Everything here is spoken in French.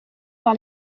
par